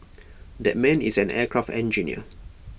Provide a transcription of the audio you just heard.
that man is an aircraft engineer